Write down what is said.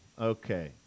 Okay